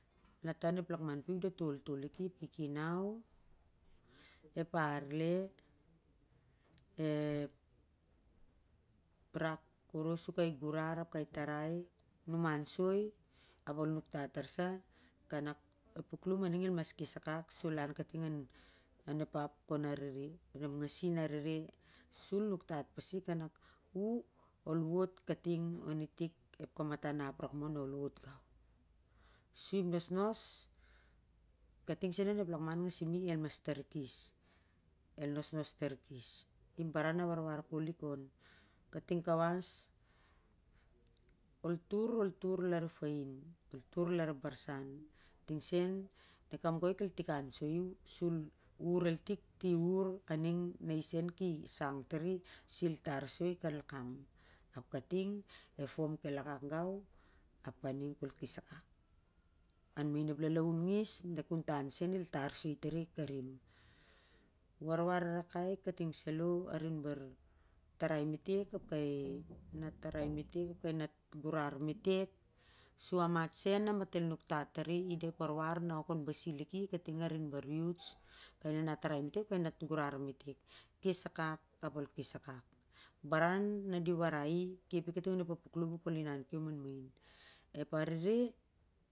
Na ta an lakman piu dat toltol lik i ep kikinan ep arleep rak ornos sur kai gurar ap kai tarai numan soi ap ol nuktat tar sa kanak puklum aning el mop kes akak sul lan kating onep ap ken arere an ep nasin arere sul nuktat pasi kanak na nol wot kating on i tik kamatan ap rak mohnol wot gau sip nosnos kating sen on lakman a numi el mas tarikis el nosnos tarikis lip baran na warwar kol lik on kating kawas ol tur ol tur lar ep fain ol tur lar ep barsan ting sen rep kai ingoi kel tikan soi u sur ol ur tik ti uhu na wing na i sen ki sang tari si i tar soi kalakam ap kating ep fom kel akak gau ap aning kol kes akak an main ep lalau ngis na ep kuutan sen el tar soi tari metek kai nanat tarai metek kai gurar metek sua mat sen a mat el nuktat tari i da ep warwar na pasi lik kating arin mat bon youths kai nanat tarai metek ap kai nanat gurar metek.